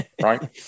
Right